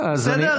בסדר?